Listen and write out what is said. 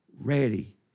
ready